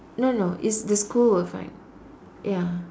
no no it's the school will find ya